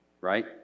right